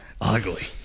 ugly